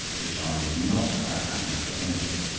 which i would not have had happen for anything.